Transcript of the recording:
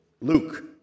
Luke